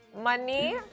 Money